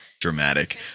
dramatic